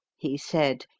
he said,